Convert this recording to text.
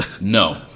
No